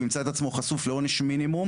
והוא ימצא את עצמו חשוף לעונש מינימום,